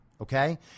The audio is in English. Okay